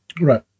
right